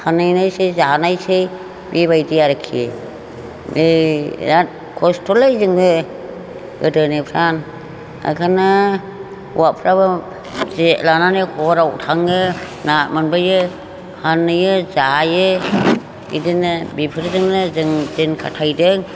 फानहैनायसै जानायसै बेबायदि आरोखि बेराद खस्थ'लै जोङो गोदोनिफ्रायनो ओंखायनो हौवाफ्राबो जे लानानै हराव थाङो ना मोनबोयो फानहैयो जायो बिदिनो बेफोरजोंनो जों दिन खाथायदों